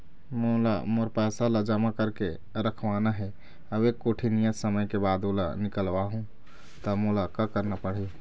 मोला मोर पैसा ला जमा करके रखवाना हे अऊ एक कोठी नियत समय के बाद ओला निकलवा हु ता मोला का करना पड़ही?